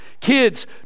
Kids